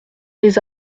les